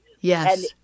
yes